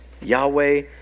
Yahweh